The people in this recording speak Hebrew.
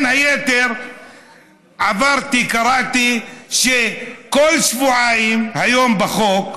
בין היתר עברתי, קראתי שהיום בחוק,